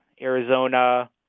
Arizona